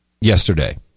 yesterday